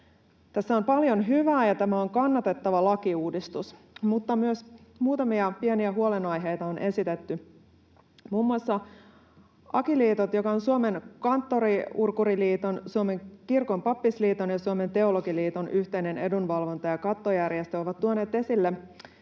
Tässä on paljon hyvää, ja tämä on kannatettava lakiuudistus, mutta myös muutamia pieniä huolenaiheita on esitetty. Muun muassa AKI-liitot, joka on Suomen Kanttori-urkuriliiton, Suomen kirkon pappisliiton ja Suomen teologiliiton yhteinen edunvalvonta- ja kattojärjestö, on tuonut esille